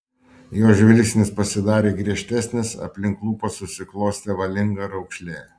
jo žvilgsnis pasidarė griežtesnis aplink lūpas susiklosi valinga raukšlė